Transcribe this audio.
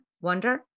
wonder